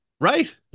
Right